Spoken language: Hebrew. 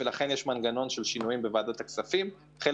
זו הסיבה שמאפשרים מנגנון של שינויים בוועדת הכספים,